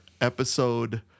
episode